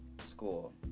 school